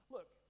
Look